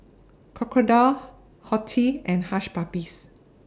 Crocodile Horti and Hush Puppies